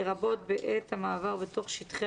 לרבות בעת המעבר בתוך שטחי